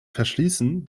verschließen